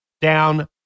down